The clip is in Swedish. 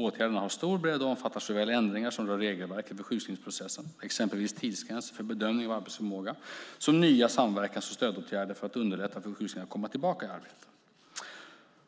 Åtgärderna har stor bredd och omfattar såväl ändringar som rör regelverket för sjukskrivningsprocessen, exempelvis tidsgränser för bedömning av arbetsförmåga, som nya samverkans och stödåtgärder för att underlätta för sjukskrivna att komma tillbaka i arbete.